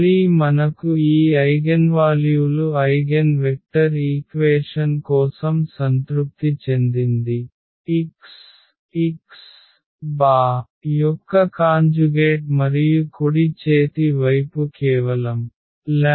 మళ్ళీ మనకు ఈ ఐగెన్వాల్యూలు ఐగెన్వెక్టర్ ఈక్వేషన్ కోసం సంతృప్తి చెందింది xx యొక్క కాంజుగేట్ మరియు కుడి చేతి వైపు కేవలం x